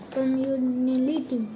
Community